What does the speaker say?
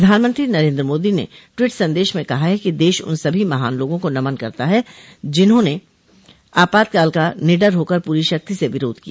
प्रधानमंत्री नरेन्द्र मोदी ने ट्वीट संदेश में कहा है कि देश उन सभी महान लोगों को नमन करता है जिन्होंने आपातकाल का निडर होकर पूरी शक्ति से विरोध किया